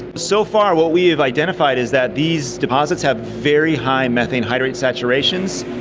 so far what we have identified is that these deposits have very high methane hydrate saturations,